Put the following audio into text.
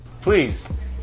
Please